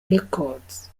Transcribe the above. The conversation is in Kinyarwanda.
records